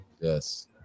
Yes